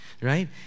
Right